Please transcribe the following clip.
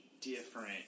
different